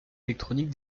électronique